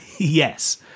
Yes